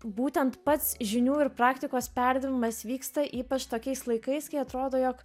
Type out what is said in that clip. būtent pats žinių ir praktikos perdavimas vyksta ypač tokiais laikais kai atrodo jog